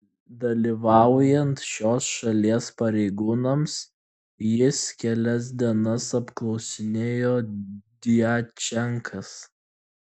dalyvaujant šios šalies pareigūnams jis kelias dienas apklausinėjo djačenkas